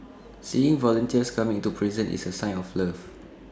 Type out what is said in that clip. seeing volunteers coming into prison is A sign of love